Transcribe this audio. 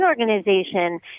organization